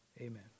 Amen